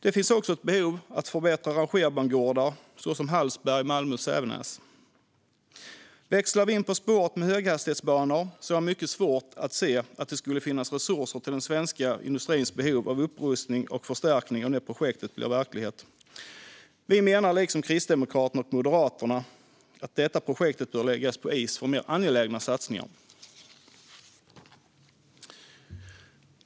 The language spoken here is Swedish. Det finns också ett behov av att förbättra rangerbangårdar, såsom dem i Hallsberg, Malmö och Sävenäs. Växlar vi in på spåret med höghastighetsbanor kan jag säga att jag har mycket svårt att se att det skulle finnas resurser till den svenska industrins behov av upprustning och förstärkning om det projektet blev verklighet. Vi menar liksom Kristdemokraterna och Moderaterna att detta projekt bör läggas på is för mer angelägna satsningar.